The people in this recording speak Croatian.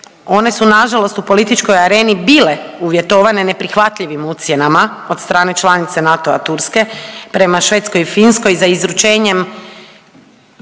One su na žalost u političkoj areni bile uvjetovane neprihvatljivim ucjenama od strane članice NATO-a Turske prema Švedskoj i Finskoj za izručenjem